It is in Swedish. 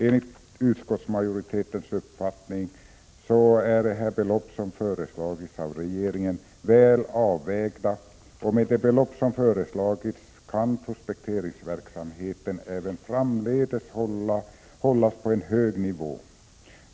Enligt utskottsmajoritetens uppfattning är de belopp som föreslagits av regeringen väl avvägda. Med hjälp av dem kan prospekteringsverksamheten även framdeles hållas på en hög nivå.